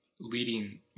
leading